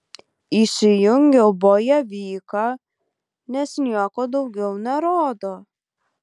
įsijungiau bojevyką nes nieko daugiau nerodo